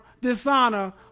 dishonor